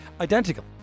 Identical